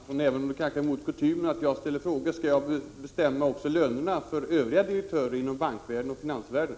Herr talman! Jag måste fråga Sten Andersson i Malmö, även om det väl är mot kutymen att jag ställer frågor: Skall jag bestämma lönerna också för övriga direktörer inom bankvärlden och finansvärlden?